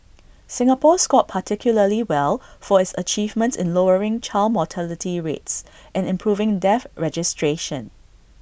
Singapore scored particularly well for its achievements in lowering child mortality rates and improving death registration